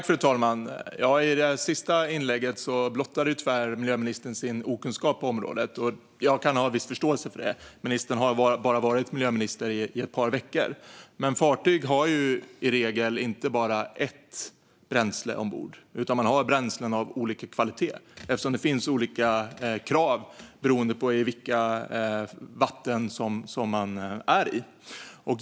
Fru talman! I det sista inlägget blottade tyvärr miljöministern sin okunskap på området. Jag kan ha viss förståelse för det - ministern har bara varit miljöminister i ett par veckor. Men fartyg har ju i regel inte bara ett bränsle ombord, utan de har bränslen av olika kvalitet eftersom det finns olika krav beroende på vilka vatten de är i.